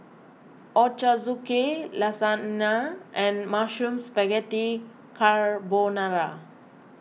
Ochazuke Lasagna and Mushroom Spaghetti Carbonara